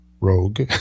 Rogue